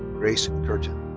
grace curtin.